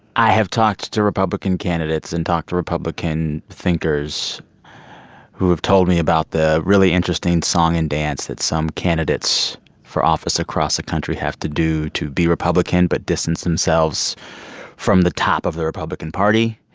i have talked to republican candidates and talked to republican thinkers who have told me about the really interesting song and dance that some candidates for office across the country have to do to be republican but distance themselves from the top of the republican party.